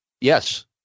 Yes